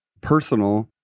personal